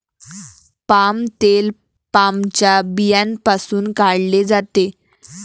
palm तेल पामच्या बियांपासून काढले जाते